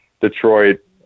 Detroit